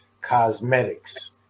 cosmetics